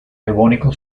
devónico